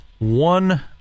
one